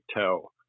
toe